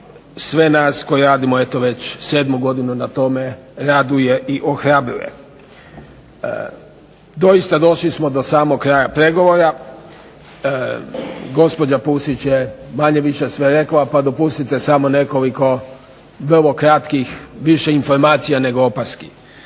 sve nas koji radimo eti već 7. godinu na tome raduje i ohrabruje. Dosta došli smo do samog kraja pregovora. Gospođa Pusić je manje više sve rekla, pa dopustite samo nekoliko vrlo kratkih više informacija nego opaski.